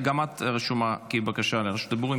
גם את רשומה בבקשה לרשות דיבור.